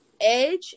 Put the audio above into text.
Edge